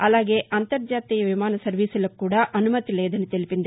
అలాగే అంతర్జాతీయ విమాన సర్వీసులకు కూడా అనుమతి లేదని తెలిపింది